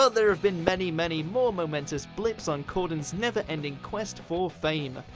ah there have been many, many more momentous blips on corden's never ending quest for fame.